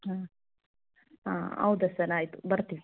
ಹಾಂ ಹಾಂ ಹೌದ ಸರ್ ಆಯಿತು ಬರ್ತೀವಿ